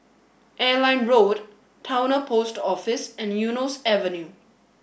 Airline Road Towner Post Office and Eunos Avenue